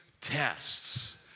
tests